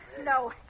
No